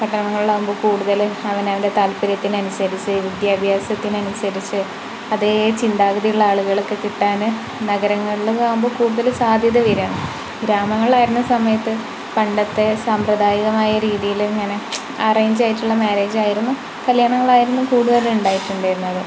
പട്ടണങ്ങളാകുമ്പോൾ കൂടുതൽ അവനവൻ്റെ താല്പര്യത്തിനനുസരിച്ച് വിദ്യാഭ്യാസത്തിനനുസരിച്ച് അതേ ചിന്താഗതിയുള്ള ആളുകളെക്കെ കിട്ടാന് നഗരങ്ങളിലാവുമ്പോൾ കൂടുതൽ സാധ്യത വരികയാണ് ഗ്രാമങ്ങളിലായിരുന്ന സമയത്ത് പണ്ടത്തെ സമ്പ്രദായികമായ രീതിയില് ഇങ്ങനെ അറേഞ്ചായിട്ടുള്ള മാരേജ് ആയിരുന്നു കല്യാണങ്ങളായിരുന്നു കൂടുതൽ ഉണ്ടായിട്ടുണ്ടായിരുന്നത്